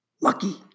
lucky